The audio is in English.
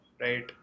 right